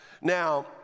now